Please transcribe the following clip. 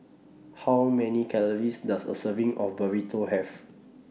How Many Calories Does A Serving of Burrito Have